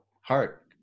Heart